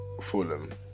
Fulham